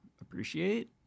appreciate